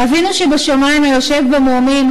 // אבינו שבשמים היושב במרומים,